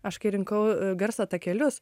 aš kai rinkau garso takelius